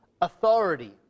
authority